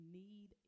need